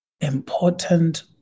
important